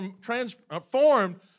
transformed